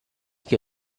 che